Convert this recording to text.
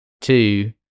Two